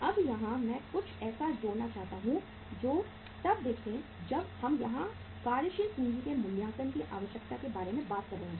अब यहाँ मैं कुछ ऐसा जोड़ना चाहता हूं जो तब देखें जब हम यहां कार्यशील पूंजी के मूल्यांकन की आवश्यकता के बारे में बात कर रहे हैं